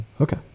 Okay